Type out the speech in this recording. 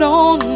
on